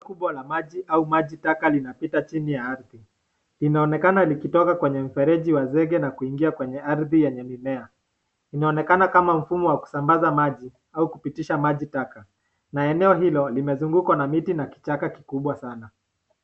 Bomba kubwa la maji au maji taka linapita chini ya ardhi, linanoekana likitoka kwenye mfereji wa zege na kuingia kwenye ardhi yenye mimea, inaonekana kama mfumo wa kusambaza maji au kupitisha maji taka, na eneo hilo imezungukwa na miti na kichaka kikubwa sana.